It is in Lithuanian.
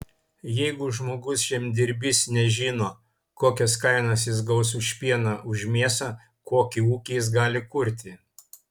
jeigu žmogus žemdirbys nežino kokias kainas jis gaus už pieną už mėsą kokį ūkį jis gali kurti